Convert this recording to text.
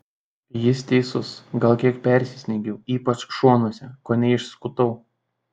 jis teisus gal kiek persistengiau ypač šonuose kone išskutau